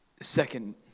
Second